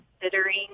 considering